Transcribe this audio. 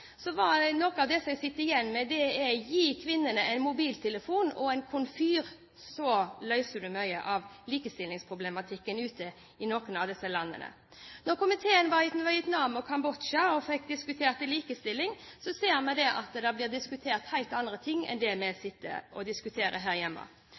så løser du mye av likestillingsproblematikken ute i noen av disse landene. Da komiteen var i Vietnam og Kambodsja og diskuterte likestilling, så vi at det ble diskutert helt andre ting enn det vi